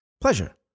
Pleasure